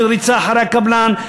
של ריצה אחרי הקבלן,